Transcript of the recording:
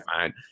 fine